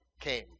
came